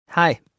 Hi